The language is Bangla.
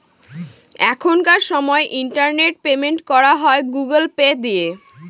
এখনকার সময় ইন্টারনেট পেমেন্ট করা হয় গুগুল পে দিয়ে